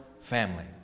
family